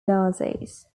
nazis